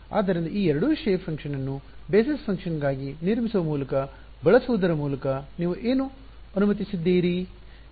ಆದ್ದರಿಂದ ಈ ಎರಡು ಶೇಪ್ ಫಾಂಕ್ಷನ್ ನ್ನು ಬೆಸಸ್ ಫಾಂಕ್ಷನ್ ನಾಗಿ ನಿರ್ಮಿಸುವ ಮೂಲಕ ಬಳಸುವುದರ ಮೂಲಕ ನೀವು ಏನು ಅನುಮತಿಸುತ್ತಿದ್ದೀರಿ